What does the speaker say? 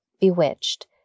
bewitched